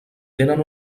tenen